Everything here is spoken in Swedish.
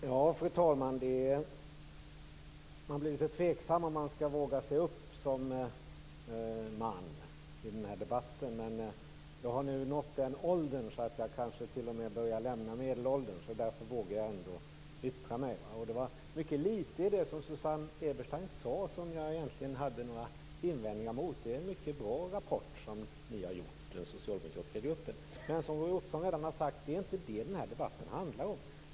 Fru talman! Jag blir litet tveksam om jag som man skall våga mig upp i den här debatten. Men jag har nu nått den åldern att jag kanske t.o.m. börjar lämna medelåldern. Därför vågar jag ändå yttra mig. Det var mycket litet i det som Susanne Eberstein sade som jag egentligen har några invändningar mot. Det är en mycket bra rapport som den socialdemokratiska gruppen har gjort. Men som Roy Ottosson redan har sagt är det inte detta den här debatten handlar om.